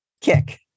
Kick